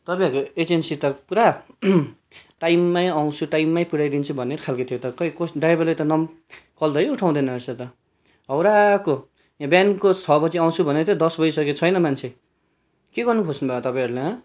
तपाईँहरूको एजेन्सी त पुरा टाइममा आउँछु टाइममा पुऱ्याइदिन्छु भन्ने खाले थियो त खोइ को ड्राइभरले त नम् कलधरि उठाउँदैन रहेछ त हौडेको बिहानको छ बजे आउँछु भनेको थियो दस बजी सक्यो छैन मान्छे के गर्न खोज्नु भएको तपाईँहरूले